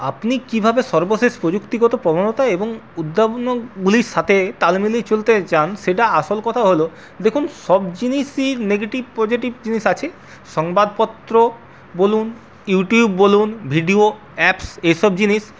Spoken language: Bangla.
আপনি কীভাবে সর্বশেষ প্রযুক্তিগত প্রবণতা এবং উদ্ভাবনগুলির সাথে তাল মিলিয়ে চলতে চান সেটা আসল কথা হল দেখুন সব জিনিসই নেগেটিভ পজেটিভ জিনিস আছে সংবাদপত্র বলুন ইউটিউব বলুন ভিডিও অ্যাপস এসব জিনিস